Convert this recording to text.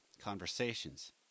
conversations